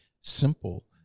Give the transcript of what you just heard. simple